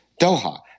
Doha